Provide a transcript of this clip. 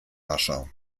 warschau